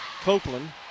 Copeland